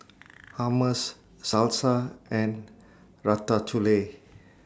Hummus Salsa and Ratatouille